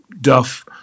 Duff